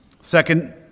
Second